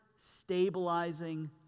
stabilizing